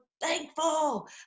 thankful